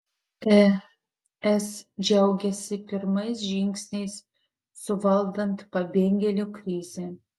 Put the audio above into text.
es džiaugiasi pirmais žingsniais suvaldant pabėgėlių krizę